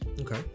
Okay